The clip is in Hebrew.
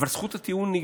אבל זכות הטיעון.